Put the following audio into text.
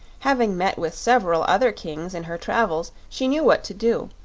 having met with several other kings in her travels, she knew what to do,